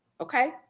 Okay